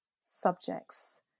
subjects